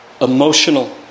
emotional